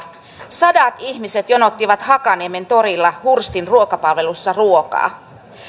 sadat ihmiset jonottivat hakaniemen torilla hurstin ruokapalvelussa ruokaa